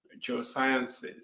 geosciences